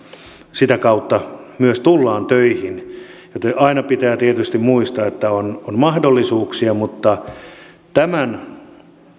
sitä kautta myös tullaan töihin joten aina pitää tietysti muistaa että on mahdollisuuksia mutta tämän